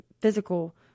physical